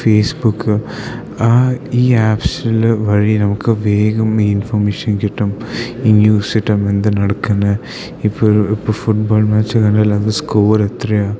Facebook ആ ഈ ആപ്സിൽ വഴി നമുക്ക് വേഗം ഇൻഫോർമേഷൻ കിട്ടും ഈ ന്യൂസ് കിട്ടും എന്ത് നടക്കണെ ഇപ്പോൾ ഇപ്പം ഫുട്ബോൾ മാച്ച് കാണല്ലാത സ്കോർ എത്രയാണ്